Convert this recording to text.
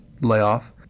layoff